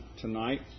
tonight